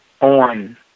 on